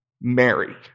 Mary